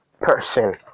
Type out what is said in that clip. person